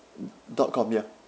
dot com ya